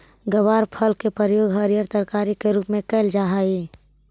ग्वारफल के प्रयोग हरियर तरकारी के रूप में कयल जा हई